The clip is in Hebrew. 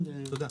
תודה.